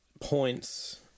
points